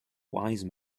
wise